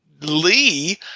Lee